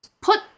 put